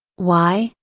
why,